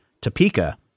Topeka